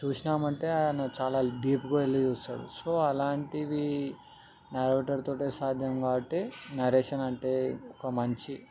చూసినాం అంటే ఆయన చాలా డీప్గా వెళ్ళి చూస్తాడు సో అలాంటివి నరేటర్ తో సాధ్యం కాబట్టి నరేషన్ అంటే ఒక మంచి